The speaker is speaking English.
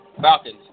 Falcons